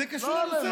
זה קשור לנושא.